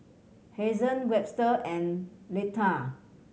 Hazen Webster and Leitha